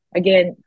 again